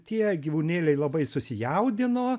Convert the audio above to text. tie gyvūnėliai labai susijaudino